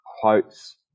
quotes